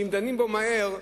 ואם דנים בו מהר,